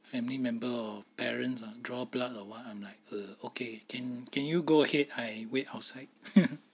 family member or parents uh draw blood or what I'm like err okay can can you go ahead I wait outside